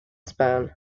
span